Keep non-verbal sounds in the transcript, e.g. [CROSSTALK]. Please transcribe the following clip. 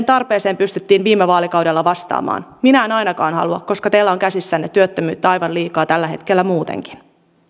[UNINTELLIGIBLE] tarpeeseen pystyttiin viime vaalikaudella vastaamaan minä en ainakaan halua koska teillä on käsissänne työttömyyttä aivan liikaa tällä hetkellä muutenkin